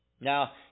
Now